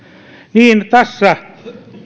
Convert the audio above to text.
niin tässä